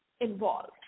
involved